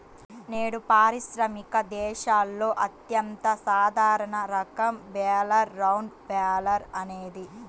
నేడు పారిశ్రామిక దేశాలలో అత్యంత సాధారణ రకం బేలర్ రౌండ్ బేలర్ అనేది